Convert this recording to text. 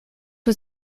was